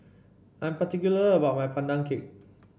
I'm particular about my Pandan Cake